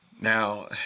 Now